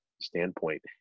standpoint